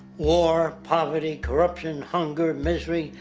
war, poverty, corruption, hunger, misery,